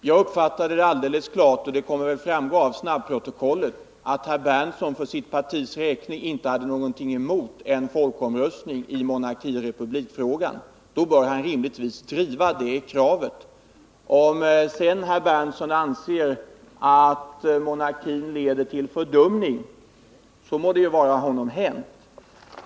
Herr talman! Jag uppfattade alldeles klart — och det kommer väl att framgå av protokollet — att herr Berndtson för sitt partis räkning inte hade något emot en folkomröstning i frågan om monarki eller republik. Då bör han rimligtvis driva det kravet. Om sedan herr Berndtson anser att monarkin leder till fördumning, så må det vara hänt.